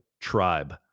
Tribe